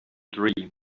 dream